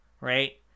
Right